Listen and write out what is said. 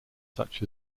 such